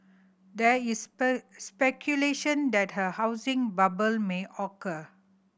there is speculation that a housing bubble may occur